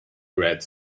read